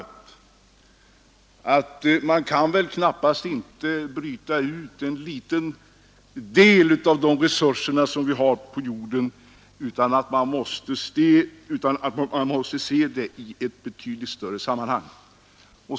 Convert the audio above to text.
Man kan väl knappast bryta ut en liten del av de resurser som vi har på jorden, utan vi måste se dem i ett betydligt större sammanhang.